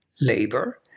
labor